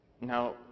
now